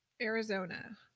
arizona